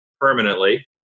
permanently